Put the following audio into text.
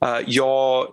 a jo